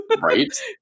right